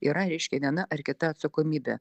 yra reiškia viena ar kita atsakomybė